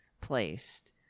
placed